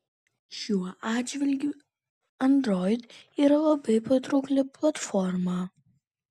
šiuo atžvilgiu android yra labai patraukli platforma